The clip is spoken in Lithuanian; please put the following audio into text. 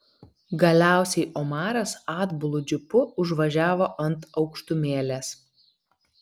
galiausiai omaras atbulu džipu užvažiavo ant aukštumėlės